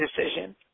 decision